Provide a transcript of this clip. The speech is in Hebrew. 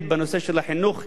יש צורך בחינוך,